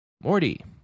Morty